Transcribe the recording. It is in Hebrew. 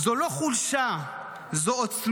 זו לא חולשה, זו עוצמה.